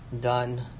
done